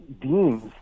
deems